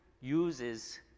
uses